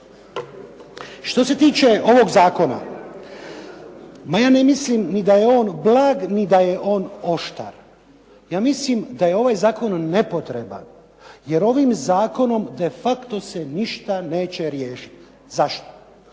Što se tiče ovoga zakona, ma ja ne mislim ni da je on blag, niti da je on oštar. Ja mislim da je ovaj zakon nepotreban, jer ovim zakonom defacto se ništa neće riješiti. Zašto?